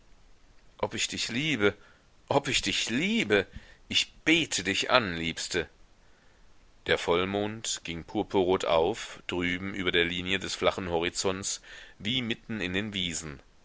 ob ich dich liebe ob ich dich liebe ich bete dich an liebste der vollmond ging purpurrot auf drüben über der linie des flachen horizonts wie mitten in den wiesen